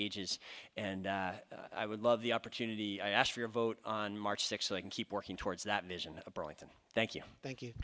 ages and i would love the opportunity to ask for your vote on march sixth and keep working towards that vision of burlington thank you thank you